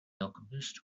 alchemist